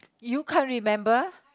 you can't remember